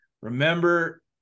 Remember